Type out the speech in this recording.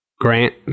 Grant